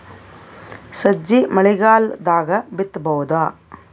ಸಜ್ಜಿ ಮಳಿಗಾಲ್ ದಾಗ್ ಬಿತಬೋದ?